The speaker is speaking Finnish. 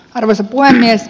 arvoisa puhemies